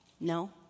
No